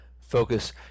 focus